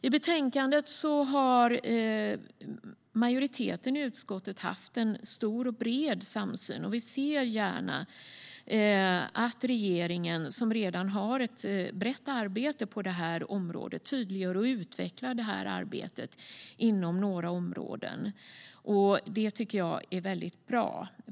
I betänkandet har majoriteten i utskottet haft en stor och bred samsyn. Vi ser gärna att regeringen, som redan har ett brett arbete på det här området, tydliggör och utvecklar det här arbetet inom några områden. Det tycker jag är bra.